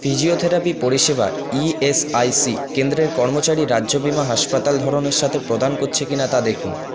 physiotherapy পরিষেবা E S I C কেন্দ্রের কর্মচারী রাজ্য বিমা হাসপাতাল ধরনের সাথে প্রদান করছে কি না তা দেখুন